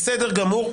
בסדר גמור.